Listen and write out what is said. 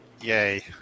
Yay